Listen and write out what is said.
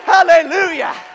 Hallelujah